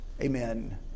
Amen